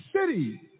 city